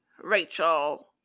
Rachel